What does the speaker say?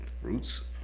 Fruits